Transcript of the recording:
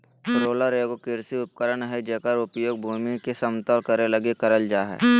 roller एगो कृषि उपकरण हइ जेकर उपयोग भूमि के समतल करे लगी करल जा हइ